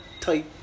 type